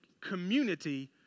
community